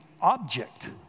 object